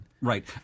right